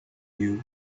you